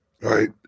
right